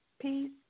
peace